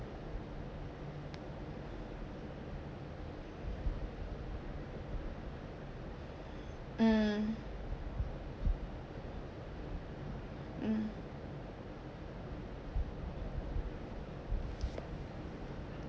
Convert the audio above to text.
mm mm